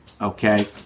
okay